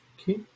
okay